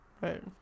Right